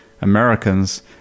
Americans